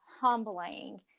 humbling